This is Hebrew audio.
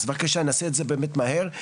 אז בבקשה נעשה את זה באמת מהר.